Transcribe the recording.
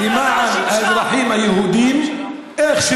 החברה הערבית בקדנציה הזאת,